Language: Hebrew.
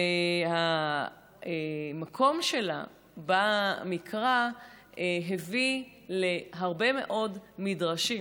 והמקום שלה במקרא הביא להרבה מאוד מדרשים,